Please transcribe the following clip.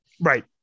Right